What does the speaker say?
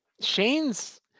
Shane's